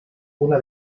una